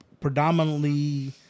predominantly